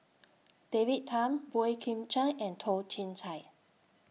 David Tham Boey Kim Cheng and Toh Chin Chye